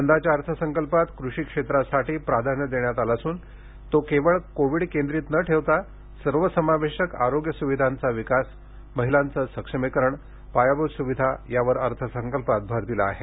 यंदाच्या अर्थसंकल्पात कृषी क्षेत्रासाठी प्राधान्य देण्यात आले असून तो फक्त कोविडकेंद्रीत न ठेवता सर्वसमावेशक आरोग्य सुविधांचा विकास महिला सक्षमीकरण पायाभूत सुविधा यावर अर्थसंकल्पात भर दिला आहे